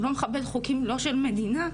הוא לא מכבד חוקים של מדינה,